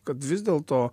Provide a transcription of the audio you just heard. kad vis dėlto